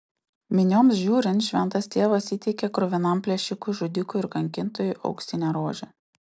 minioms žiūrint šventas tėvas įteikė kruvinam plėšikui žudikui ir kankintojui auksinę rožę